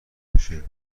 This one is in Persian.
بشه